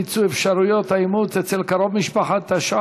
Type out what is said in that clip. מיצוי אפשרויות האימוץ אצל קרוב משפחה),